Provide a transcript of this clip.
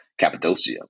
Cappadocia